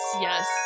yes